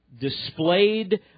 displayed